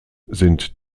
sind